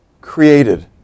created